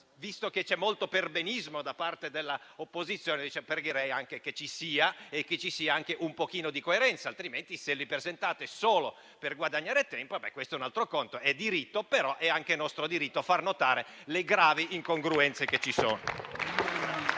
visto che c'è molto perbenismo da parte della opposizione, pregherei che ci sia anche un pochino di coerenza; altrimenti, se presentate gli emendamenti solo per guadagnare tempo, questo è un altro conto, è un diritto, ma è anche nostro diritto far notare le gravi incongruenze che ci sono.